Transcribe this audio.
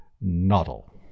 Noddle